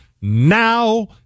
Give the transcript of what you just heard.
now